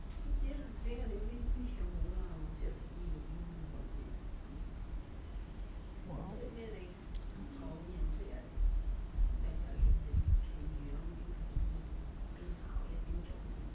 !wow!